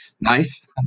nice